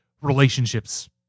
relationships